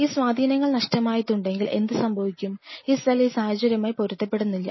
ഈ സ്വാധീനങ്ങൾ നഷ്ടമായിട്ടുണ്ടെങ്കിൽ എന്തുസംഭവിക്കും ഈ സെൽ ആ സാഹചര്യവുമായി പൊരുത്തപ്പെടുന്നില്ല